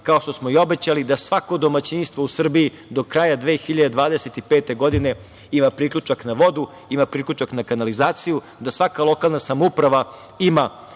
kao što smo i obećali da svako domaćinstvo u Srbiji do kraja 2025. godine ima priključak na vodu, ima priključak na kanalizaciju, da svaka lokalna samouprava ima